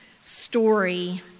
story